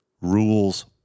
rules